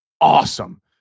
awesome